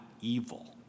evil